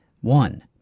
One